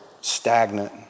stagnant